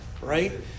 right